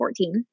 2014